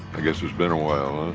i guess it's been a while, huh.